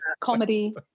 comedy